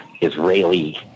Israeli